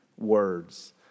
words